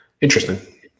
interesting